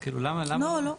כאילו, למה, למה לא?